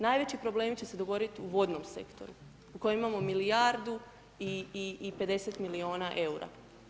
Najveći problemi će se dogoditi u vodnom sektoru u kojem imamo milijardu i 50 milijuna eura.